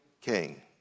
king